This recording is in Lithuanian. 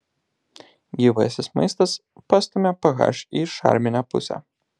gyvasis maistas pastumia ph į šarminę pusę